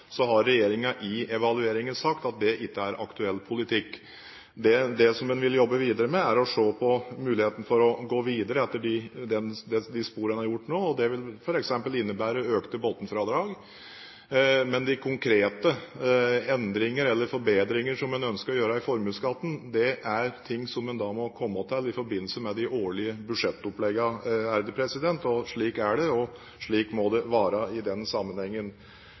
så har regjeringen i evalueringen sagt at det ikke er aktuell politikk. Det som en vil jobbe videre med, er å se på muligheten for å gå videre etter de sporene man har gjort til nå, og det vil f.eks. innebære økte bunnfradrag. Men de konkrete endringer eller forbedringer som man ønsker å gjøre i formuesskatten, det er ting som man må komme med i forbindelse med de årlige budsjettoppleggene. Slik er det, og slik må det være i den sammenhengen.